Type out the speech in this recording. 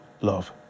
love